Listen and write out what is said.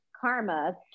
karma